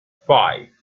five